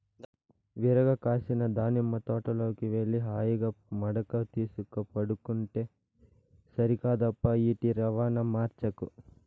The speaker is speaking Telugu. విరగ కాసిన దానిమ్మ తోటలోకి వెళ్లి హాయిగా మడక తీసుక పండుకుంటే సరికాదప్పా ఈటి రవాణా మార్చకు